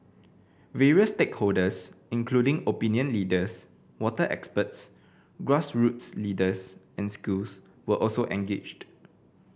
various stakeholders including opinion leaders water experts grassroots leaders and schools were also engaged